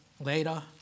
later